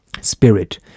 spirit